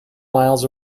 miles